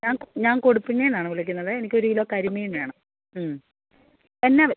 ഞാ ഞാൻ കൊടിക്കുന്നിൽ ന്നാണ് വിളിക്കുന്നത് എനിക്ക് ഒരു കിലോ കരിമീൻ വേണം മ് എന്നാ വെ